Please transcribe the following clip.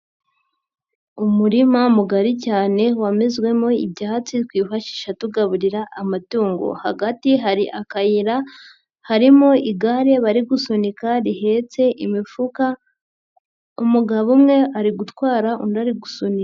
Umurima mugari cyane wamezwemo ibyatsi twifashisha tugaburira amatungo, hagati hari akayira harimo igare bari gusunika rihetse imifuka umugabo umwe ari gutwara undi ari gusunika.